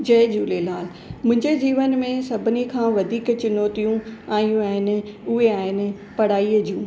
जय झूलेलाल मुंहिंजे जीवन में सभिनी खां वधीक चुनौतियूं आयूं आहिनि उहे आहिनि पढ़ाईअ जूं